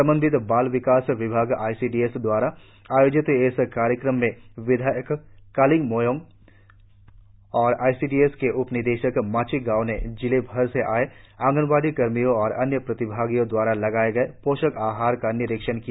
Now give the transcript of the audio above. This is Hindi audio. समन्वित बाल विकास विभाग आई सी डी एस दवारा आयोजित इस कार्यक्रम में विद्यायक कालिंग मोयोंग और आई सी डि एस की उपनिदेशक माचि गाव ने जिले भर से आई आंगनवाड़ी कर्मियों और अन्य प्रतिभागियों दवारा लगाएं गए पोषक आहार का निरीक्षण किया